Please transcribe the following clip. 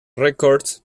records